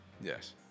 Yes